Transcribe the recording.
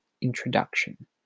introduction